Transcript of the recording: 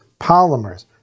polymers